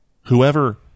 Whoever